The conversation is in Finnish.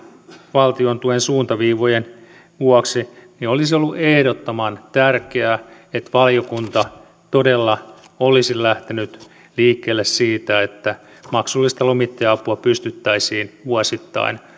valtiontuen suuntaviivojen vuoksi niin olisi ollut ehdottoman tärkeää että valiokunta todella olisi lähtenyt liikkeelle siitä että maksullista lomittaja apua pystyttäisiin vuosittain